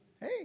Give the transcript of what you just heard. hey